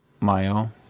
Mayo